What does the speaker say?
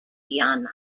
guyana